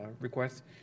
request